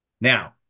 now